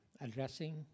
addressing